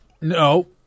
No